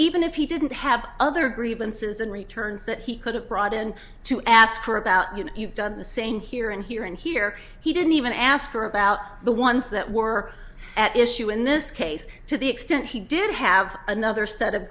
even if he didn't have other grievances and returns that he could have brought in to ask her about you know you've done the same here and here and here he didn't even ask her about the ones that were at issue in this case to the extent he did have another set of